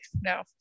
no